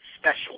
special